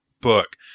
book